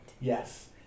Yes